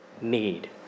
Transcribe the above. need